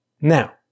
Now